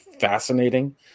fascinating